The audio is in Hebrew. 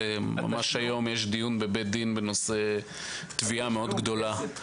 ממש היום יש דיון בבית דין בנושא תביעה מאוד גדולה.